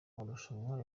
marushanwa